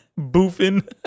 Boofing